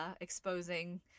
exposing